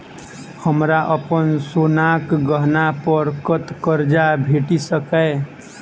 हमरा अप्पन सोनाक गहना पड़ कतऽ करजा भेटि सकैये?